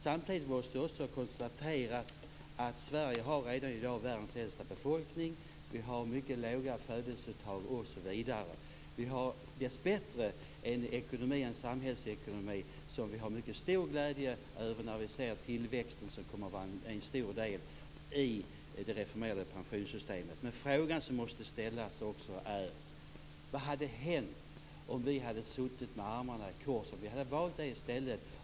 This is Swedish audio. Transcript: Samtidigt måste jag också konstatera att Sverige redan i dag har världens äldsta befolkning och mycket låga födelsetal. Vi har dessbättre en samhällsekonomi som vi har mycket stor glädje av. Tillväxten kommer att vara en stor del i det reformerade pensionssystemet. Men frågan som måste ställas är: Vad hade hänt om vi hade suttit med armarna i kors, om vi hade valt det i stället?